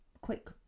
quick